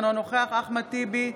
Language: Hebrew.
אינו נוכח אחמד טיבי,